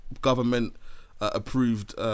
government-approved